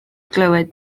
glywed